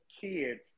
kids